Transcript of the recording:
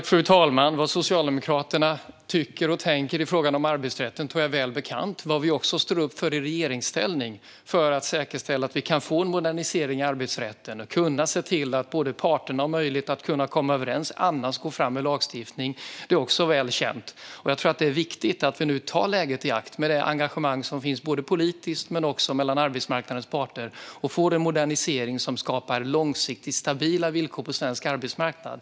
Fru talman! Vad Socialdemokraterna tycker och tänker i frågan om arbetsrätten tror jag är väl bekant. Det är också väl känt vad vi står upp för i regeringsställning för att säkerställa att vi kan få en modernisering av arbetsrätten: Det handlar om att kunna se till att parterna har möjlighet att komma överens och att annars gå fram med lagstiftning. Det är viktigt att vi nu tar tillfället i akt med det engagemang som finns både politiskt och mellan arbetsmarknadens parter och får den modernisering som skapar långsiktigt stabila villkor på svensk arbetsmarknad.